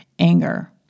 anger